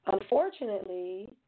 Unfortunately